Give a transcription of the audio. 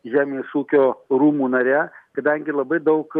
žemės ūkio rūmų nare kadangi labai daug